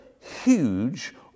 huge